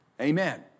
Amen